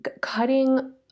Cutting